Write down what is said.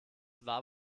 war